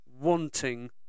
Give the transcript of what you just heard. wanting